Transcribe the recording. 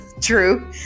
True